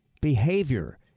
behavior